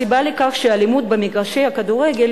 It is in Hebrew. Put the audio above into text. הסיבה לכך שהאלימות במגרשי הכדורגל